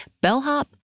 bellhop